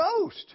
ghost